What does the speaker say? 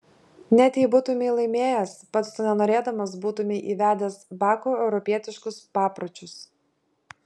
net jei būtumei laimėjęs pats to nenorėdamas būtumei įvedęs baku europietiškus papročius